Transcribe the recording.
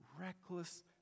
reckless